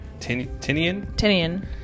Tinian